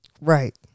Right